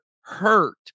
hurt